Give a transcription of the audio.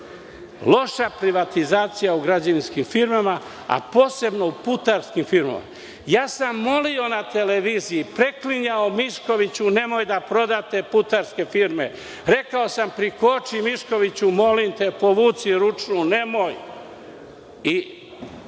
Loša privatizacija u građevinskim firmama, a posebno u putarskim firmama. Molio sam na televiziji i preklinjao – Miškoviću, nemojte da prodajete putarske firme. Rekao sam – prikoči, Miškoviću, molim te, povuci ručnu, nemojte.